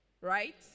Right